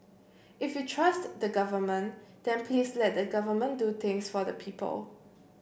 if you trust the Government then please let the Government do things for the people